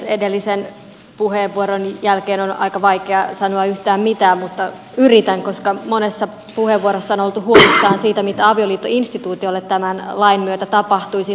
edellisen puheenvuoron jälkeen on aika vaikea sanoa yhtään mitään mutta yritän koska monessa puheenvuorossa on oltu huolissaan siitä mitä avioliittoinstituutiolle tämän lain myötä tapahtuisi